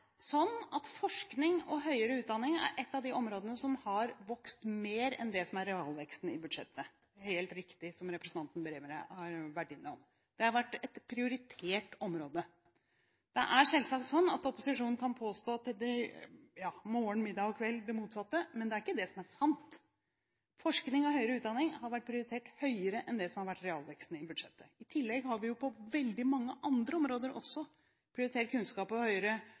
det er helt riktig, som representanten Bremer har vært innom. Det har vært et prioritert område. Det er selvsagt sånn at opposisjonen morgen, middag og kveld kan påstå det motsatte, men det er ikke det som er sant. Forskning og høyere utdanning har vært prioritert høyere enn det som har vært realveksten i budsjettet. I tillegg har vi på veldig mange andre områder også prioritert kunnskap og